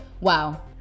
Wow